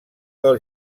del